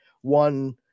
one